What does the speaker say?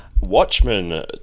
Watchmen